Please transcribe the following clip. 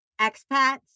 Expats